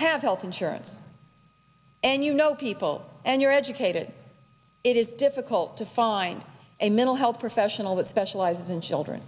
have health insurance and you know people and you are educated it is difficult to find a middle health professional that specializes in children